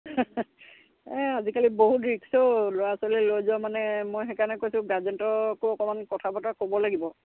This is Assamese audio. এই আজিকালি বহুত ৰিক্স অ' ল'ৰা ছোৱালী লৈ যোৱা মানে মই সেইকাৰণে কৈছোঁ গাৰ্জেণ্টকো অকণমান কথা বতৰা ক'ব লাগিব